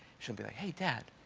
she'll be like, hey, dad.